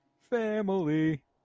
Family